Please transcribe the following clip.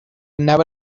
never